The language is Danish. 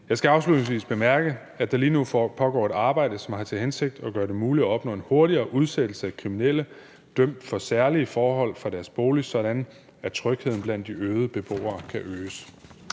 Jeg skal afslutningsvis bemærke, at der lige nu pågår et arbejde, som har til hensigt at gøre det muligt at opnå en hurtigere udsættelse fra deres bolig af kriminelle dømt for særlige forhold, sådan at trygheden blandt de øvrige beboere kan øges.